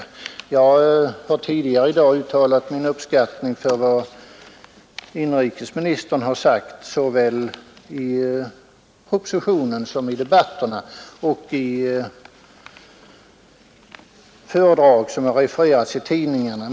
Jag har tidigare uttryckt min uppskattning av vad inrikesministern har sagt i propositionen, i debatterna och i föredrag som har refererats i tidningarna.